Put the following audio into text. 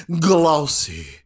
glossy